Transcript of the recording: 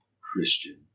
Christian